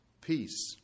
Peace